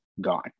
gone